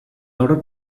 order